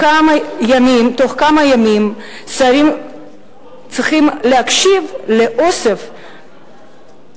ולמה כל כמה ימים שרים צריכים להקשיב לאוסף טרוניות,